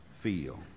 feel